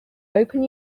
open